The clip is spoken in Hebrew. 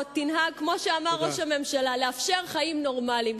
תנהג כמו שאמר ראש הממשלה: לאפשר חיים נורמליים.